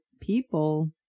people